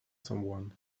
someone